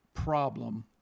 problem